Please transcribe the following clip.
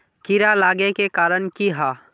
कीड़ा लागे के कारण की हाँ?